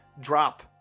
drop